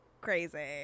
crazy